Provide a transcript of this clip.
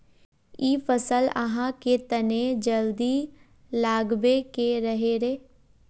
इ फसल आहाँ के तने जल्दी लागबे के रहे रे?